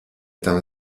tam